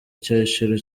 cyiciro